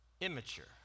immature